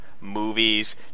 movies